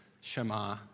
Shema